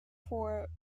for